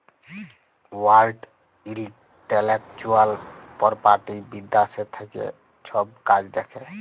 world intellectual property বিদ্যাশ থ্যাকে ছব কাজ দ্যাখে